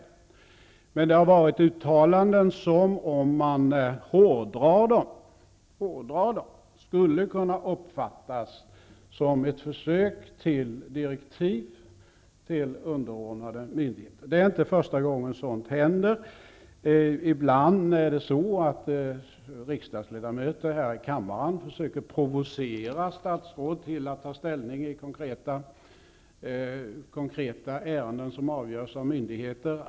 Men det har gjorts uttalanden som, om man hårdrar dem, skulle kunna uppfattas som ett försök till direktiv till underordnade myndigheter. Det är inte första gången sådant händer. Ibland försöker riksdagsledamöter att här i kammaren provocera statsråd till att ta ställning i konkreta ärenden, som avgörs av myndigheter.